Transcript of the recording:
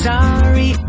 Sorry